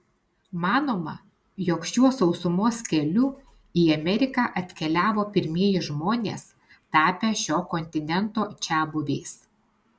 manoma jog šiuo sausumos keliu į ameriką atkeliavo pirmieji žmonės tapę šio kontinento čiabuviais